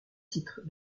titre